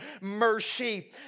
mercy